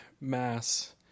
Mass